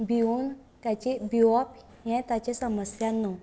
भिवून तेचे भिवेप हें ताचें समस्या न्हू